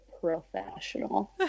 professional